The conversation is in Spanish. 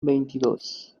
veintidós